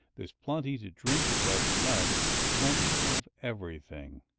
there is plenty to drink at dutch flat plenty of everything.